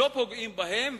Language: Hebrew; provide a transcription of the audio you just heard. לא פוגעים בהם,